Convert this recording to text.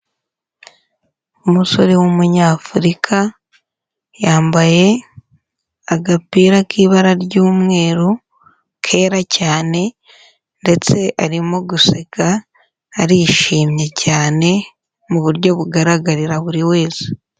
Umusore w'Umunyafurika yambaye agapira k'ibara ry'umweru kera cyane ndetse arimo guseka, arishimye cyane mu buryo bugaragarira buri wese.